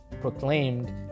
proclaimed